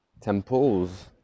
temples